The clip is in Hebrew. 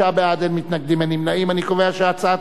ההצעה להעביר את הצעת